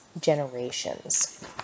generations